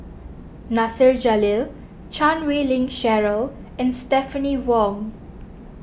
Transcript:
Nasir Jalil Chan Wei Ling Cheryl and Stephanie Wong